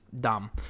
Dumb